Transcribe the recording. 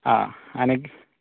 आं आनी